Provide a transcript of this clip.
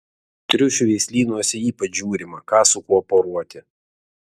triušių veislynuose ypač žiūrima ką su kuo poruoti